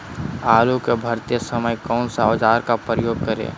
आलू को भरते समय कौन सा औजार का प्रयोग करें?